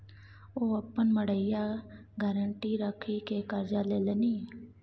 ओ अपन मड़ैया गारंटी राखिकए करजा लेलनि